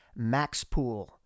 MAXPOOL